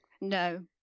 no